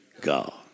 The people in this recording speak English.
God